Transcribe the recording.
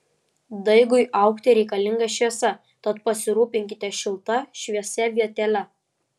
daigui augti reikalinga šviesa tad pasirūpinkite šilta šviesia vietele